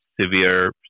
severe